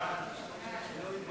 בתחילת